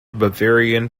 bavarian